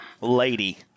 lady